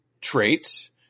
traits